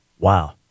wow